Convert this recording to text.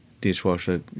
dishwasher